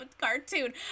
cartoon